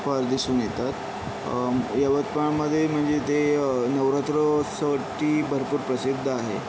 फार दिसून येतात यवतमाळमध्ये म्हणजे ते नवरात्रोत्सव ठी भरपूर प्रसिद्ध आहे